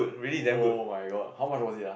oh my god how much was it ah